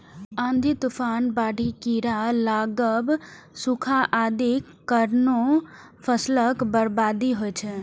आंधी, तूफान, बाढ़ि, कीड़ा लागब, सूखा आदिक कारणें फसलक बर्बादी होइ छै